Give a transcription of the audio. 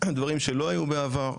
דברים שלא היו בעבר,